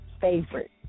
favorite